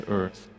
earth